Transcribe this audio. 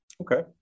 Okay